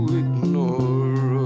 ignore